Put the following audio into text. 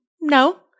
No